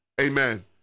Amen